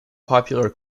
popular